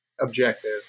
objective